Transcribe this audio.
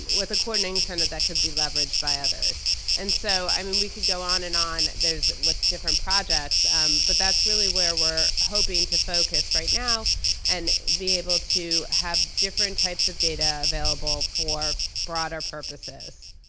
and with the coordinating center that could be leveraged by others and so i mean we could go on and on there's with different projects but that's really where we're hoping to focus right now and be able to have different types of data available for broader purposes,